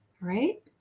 Right